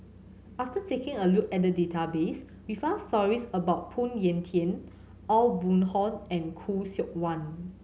after taking a look at the database we found stories about Phoon Yew Tien Aw Boon Haw and Khoo Seok Wan